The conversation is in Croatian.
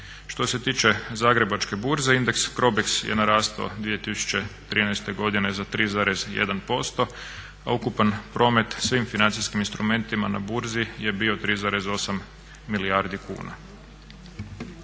Što se tiče Zagrebačke burze Indeks Krobeks je narastao 2013.godine za 3,1% a ukupni promet svim financijskim instrumentima na burzi je bio 3,8 milijardi kuna.